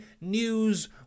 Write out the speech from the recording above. News